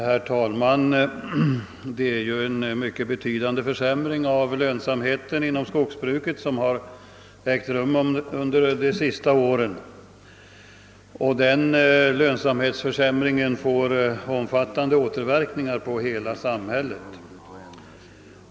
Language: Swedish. Herr talman! En mycket betydande försämring av lönsamheten inom skogsbruket har ägt rum under de senaste åren. Denna lönsamhetsförsämring får omfattande återverkningar på hela samhället.